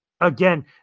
Again